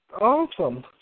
awesome